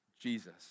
Jesus